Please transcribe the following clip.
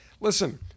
listen